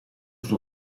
suo